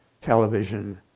television